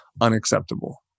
unacceptable